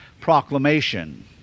proclamation